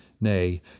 nay